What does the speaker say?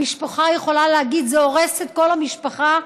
המשפחה יכולה להגיד: זה הורס את כל המשפחה,